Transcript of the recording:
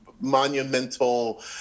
monumental